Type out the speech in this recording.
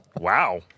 Wow